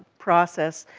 process,